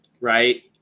right